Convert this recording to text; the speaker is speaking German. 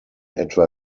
etwa